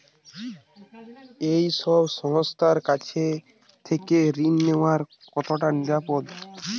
এই সব সংস্থার কাছ থেকে ঋণ নেওয়া কতটা নিরাপদ?